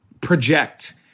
project